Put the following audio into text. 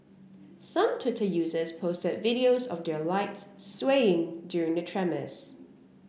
some Twitter users posted videos of their lights swaying during the tremors